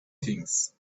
things